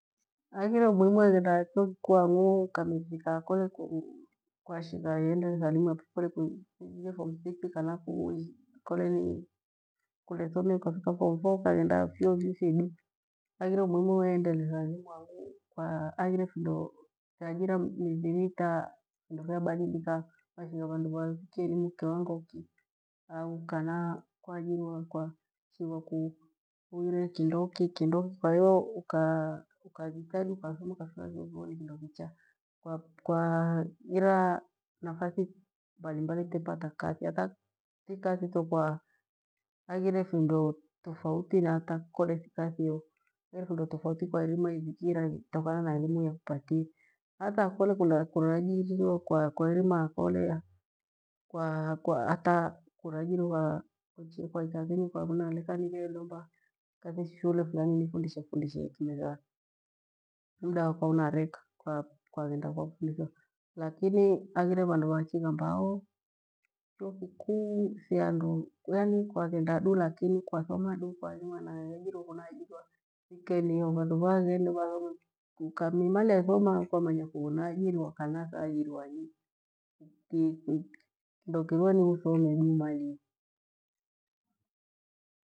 Haghire umuhimu weghenda chuokikuu, hang'u ukamika kole kwa shigha iendelea elimu yafo kale kuthililie fomu thikithi kana kole kuthomie ukefike fomu fo ukaghenda ukaghenda fyuo fi fidu. Haghire umuhimu uendelethe elimu hang'u haghire findo tha ajira mifiri. Ii tashigha vindo vabadilika, tashugha mru afikui elimu kiwango kikikana kwaajiriwa kwashighwa ughire kindoki, kindoki ukajitahidi ukathoma ukafika chuo kikuu nicha kwa ghira nafathi mbalimbali tepata kathi. Hata thi kathi tuhaghire findo tofauti na hata kolethi kathi yo findo tofauti kwahirima ifihira itokana na elimu yo kupatie hata kole kuraajiririwe kwa irima kole, hata kuakwaikaa kenyi kwavona laka nighelomba kathi shule furani nifundishe fundishe mda wakwa unareka kwa ghenda kwafundisha lakini haghire vandu vachighamba hoo chuo kikuu si handu yani kwaghenda du lakini kwathoma kuairima na iajiriwe kunaajiriwa thi kuni yo vandu vaghenda vathoma ukamirilia kwamanya kwajiriwa kana thaajiriwa nyi kindoki rwe uthome du umaliye.